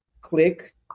click